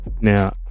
Now